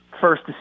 first